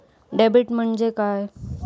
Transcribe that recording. Debit म्हणजे काय?